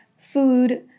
food